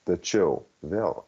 tačiau vėl